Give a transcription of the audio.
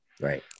right